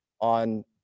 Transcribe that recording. on